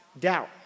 Doubt